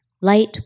light